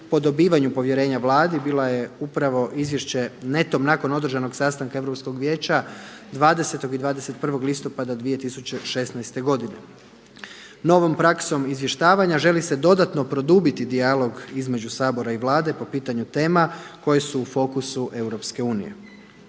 po dobivanju povjerenju Vladi bila je upravo izvješće netom nakon održanog sastanka Europskog vijeća 20. i 21. listopada 2016. godine. Novom praksom izvještavanja želi se dodatno produbiti dijalog između Sabora i Vlade po pitanju tema koje su u fokusu EU.